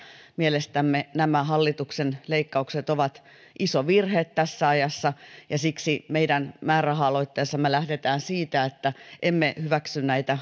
mielestämme nämä hallituksen leikkaukset ovat iso virhe tässä ajassa ja siksi meidän määräraha aloitteessamme me lähdemme siitä että emme hyväksy näitä